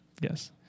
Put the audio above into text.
Yes